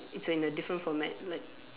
it's like in a different format like